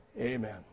Amen